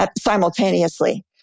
simultaneously